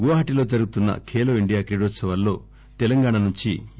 గువహటిలో జరుగుతున్న ఖేలో ఇండియా క్రీడోత్సవాల్లో తెలంగాణ నుంచి ఎ